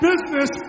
Business